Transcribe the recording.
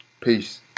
Peace